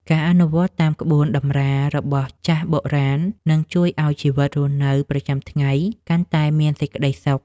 ការអនុវត្តតាមក្បួនតម្រារបស់ចាស់បុរាណនឹងជួយឱ្យជីវិតរស់នៅប្រចាំថ្ងៃកាន់តែមានសេចក្តីសុខ។